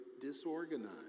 disorganized